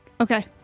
Okay